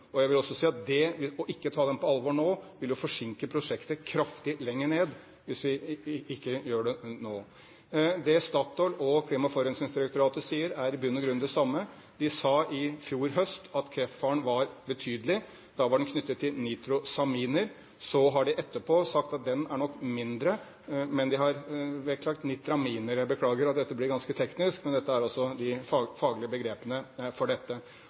Jeg vil også si at hvis vi ikke tar den på alvor nå, vil det forsinke prosjektet kraftig lenger ned. Det Statoil og Klima- og forurensingsdirektoratet sier, er i bunn og grunn det samme. De sa i fjor høst at kreftfaren var betydelig. Da var den knyttet til nitrosaminer. Etterpå har de sagt at den nok er mindre, men de har vektlagt nitraminer. Jeg beklager at dette blir ganske teknisk, men det er altså de faglige begrepene for dette.